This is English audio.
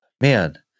man